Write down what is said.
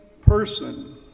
person